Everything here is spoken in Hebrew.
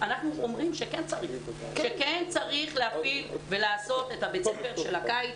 אנחנו אומרים שכן צריך להפעיל ולעשות את בית הספר של הקיץ.